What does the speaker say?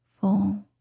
full